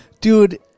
Dude